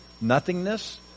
nothingness